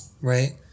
Right